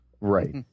right